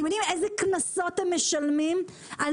אתם יודעים איזה קנסות הם משלמים על